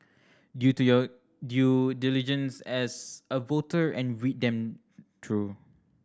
due to your due diligence as a voter and read them through